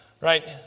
Right